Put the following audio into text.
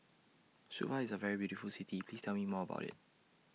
Suva IS A very beautiful City Please Tell Me More about IT